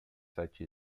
such